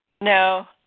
No